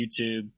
YouTube